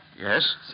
Yes